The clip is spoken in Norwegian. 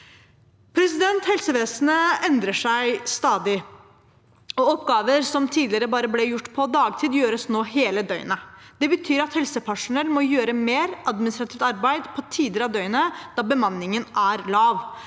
arbeidsmiljø. Helsevesenet endrer seg stadig, og oppgaver som tidligere bare ble gjort på dagtid, gjøres nå hele døgnet. Det betyr at helsepersonell må gjøre mer administrativt arbeid på tider av døgnet når bemanningen er lav,